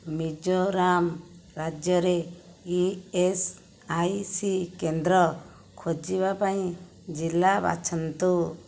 ମିଜୋରାମ ରାଜ୍ୟରେ E S I C କେନ୍ଦ୍ର ଖୋଜିବା ପାଇଁ ଜିଲ୍ଲା ବାଛନ୍ତୁ